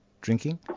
drinking